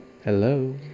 Hello